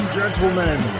gentlemen